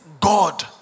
God